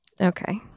Okay